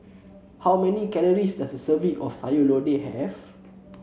how many calories does a serving of Sayur Lodeh have